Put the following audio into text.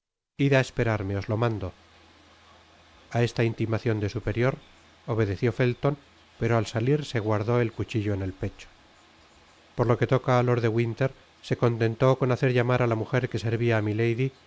id á esperarme os lo mando i a esta intimacion de superior obedeció felton pero al salir se guardó el cnchillo en el pecho por lo que toca á lord de winter se contentó con hacer llamar á la mujer que servia á milady